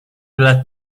glad